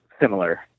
similar